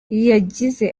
yagize